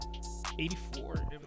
84